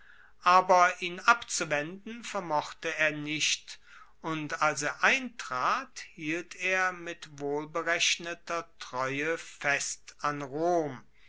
aber ihn abzuwenden vermochte er nicht und als er eintrat hielt er mit wohlberechneter treue fest an rom